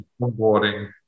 onboarding